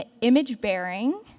image-bearing